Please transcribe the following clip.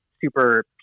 super